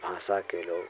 भाषा के लोग